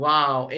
Wow